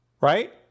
Right